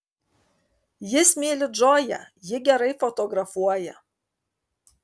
jis myli džoją ji gerai fotografuoja